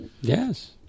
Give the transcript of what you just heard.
Yes